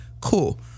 Cool